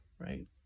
right